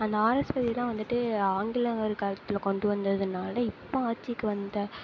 அந்த ஆரஸ்பதிலாம் வந்துவிட்டு ஆங்கிலர்கள் காலத்தில் கொண்டுட்டு வந்ததினால இப்போ ஆட்சிக்கு வந்த